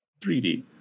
3d